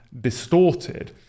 distorted